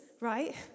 right